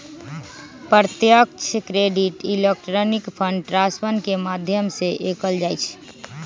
प्रत्यक्ष credit electronic fund transfer के माध्यम से कएल जाइ छइ